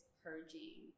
purging